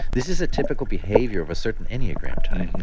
this is a typical behavior of a certain enneagramtype,